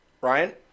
Ryan